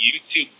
YouTube